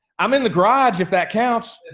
i'm in the garage if that counts.